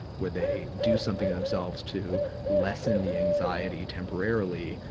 where they do something to themselves to lessen the anxiety temporarily.